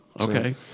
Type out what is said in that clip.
Okay